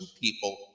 people